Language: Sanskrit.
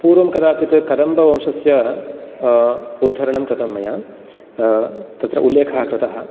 पूर्वं कदाचित् कदम्बवंशस्य उद्धरणं कृतं मया तत्र उल्लेखः कृतः